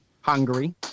Hungary